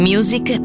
Music